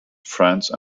france